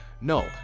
No